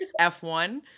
F1